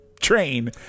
train